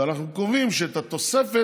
ואנחנו קובעים שאת התוספת,